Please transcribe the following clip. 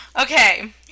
Okay